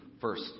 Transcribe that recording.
first